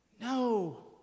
No